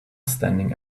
standing